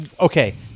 Okay